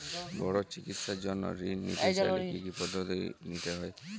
বড় চিকিৎসার জন্য ঋণ নিতে চাইলে কী কী পদ্ধতি নিতে হয়?